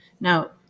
Now